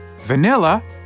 Vanilla